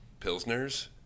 Pilsners